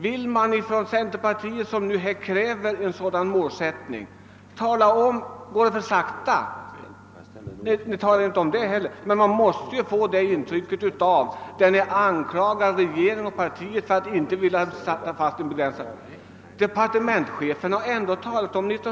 Vill herr Stridsman tala om, ifall centerpartiet tycker att utvecklingen går för sakta? Ni säger inte det heller, men man måste få ett intryck av att ni anklagar regeringen och socialdemokraterna för att det inte satsas tillräckligt.